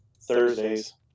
Thursdays